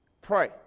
Pray